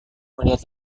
melihat